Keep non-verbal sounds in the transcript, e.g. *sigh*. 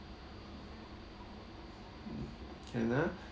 mm *noise* can ah